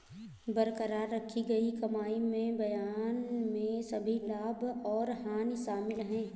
बरकरार रखी गई कमाई में बयान में सभी लाभ और हानि शामिल हैं